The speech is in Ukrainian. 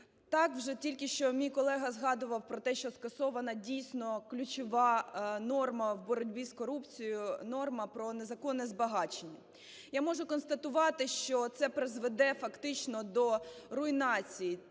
Так, вже тільки що мій колега згадував про те, що скасована, дійсно, ключова норма в боротьбі з корупцією - норма про незаконне збагачення. Я можу констатувати, що це призведе фактично до руйнації